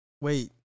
wait